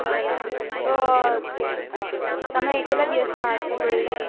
બરાબર તો તમે કેટલા દિવસમાં થસે એ